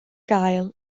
gael